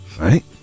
right